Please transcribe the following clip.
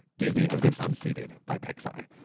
disney has been unseated by pixar.